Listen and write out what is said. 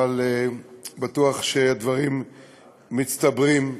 אבל בטוח שהדברים מצטברים,